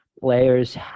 players